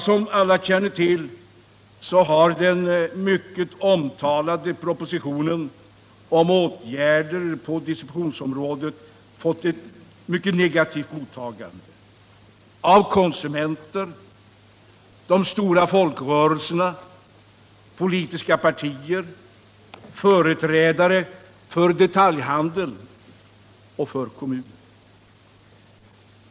Som alla känner till har den mycket omtalade propositionen om åtgärder på distributionsområdet fått ett mycket negativt mottagande av konsumenter, de stora folkrörelserna, politiska partier och företrädare för detaljhandeln och kommunerna.